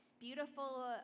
Beautiful